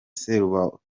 serubogo